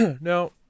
now